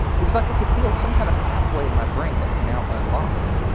it was like i could feel some kind of pathway in my brain that was now unlocked.